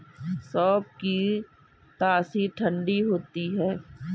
सौंफ की तासीर ठंडी होती है